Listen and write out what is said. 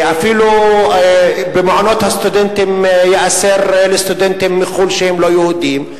אפילו במעונות הסטודנטים ייאסר לתת מקום לסטודנטים מחו"ל שהם לא יהודים.